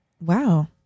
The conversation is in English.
wow